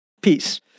peace